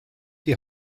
die